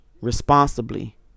responsibly